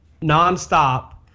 nonstop